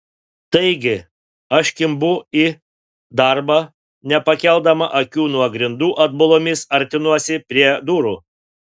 taigi aš kimbu į darbą nepakeldama akių nuo grindų atbulomis artinuosi prie durų